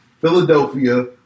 Philadelphia